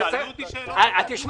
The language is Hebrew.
דרור,